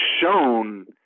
shown